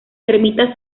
ermita